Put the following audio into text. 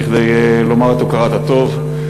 כדי לומר את הכרת הטוב.